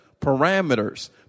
parameters